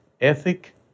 ethic